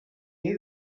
ihr